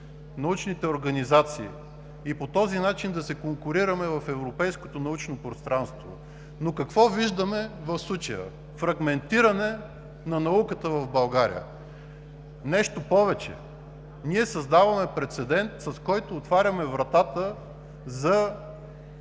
научните организации и по този начин да се конкурираме в европейското научно пространство. Но какво виждаме в случая? Фрагментиране на науката в България. Нещо повече, ние създаваме прецедент, с който отваряме вратата за